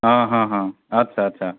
হাঁ হাঁ হাঁ আচ্ছা আচ্ছা